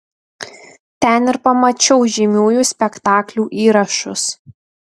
ten ir pamačiau žymiųjų spektaklių įrašus